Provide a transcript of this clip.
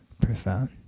profound